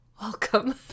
welcome